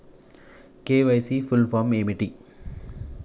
KYC full form ఏంటి?